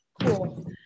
Cool